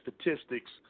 statistics